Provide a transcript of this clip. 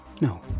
No